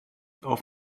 auf